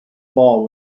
ball